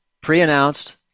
pre-announced